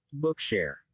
Bookshare